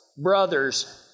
brothers